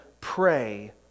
pray